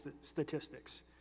statistics